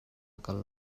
kal